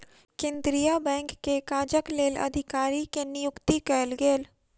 केंद्रीय बैंक के काजक लेल अधिकारी के नियुक्ति कयल गेल